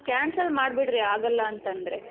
cancel ಮಾಡಿಬಿಡ್ರಿ ಆಗೋಲ್ಲ ಅಂತಂದರೆ